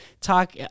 talk